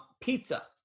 pizza